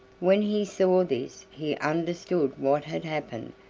when he saw this, he understood what had happened,